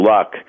Luck